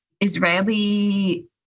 Israeli